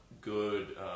good